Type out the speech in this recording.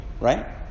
right